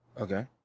Okay